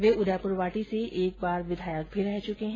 ये उदयपुरवाटी से एक बार विधायक भी रह चुके हैं